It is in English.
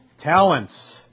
talents